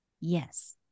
yes